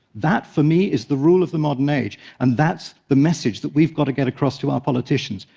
that for me is the rule of the modern age, and that's the message that we've got to get across to our politicians,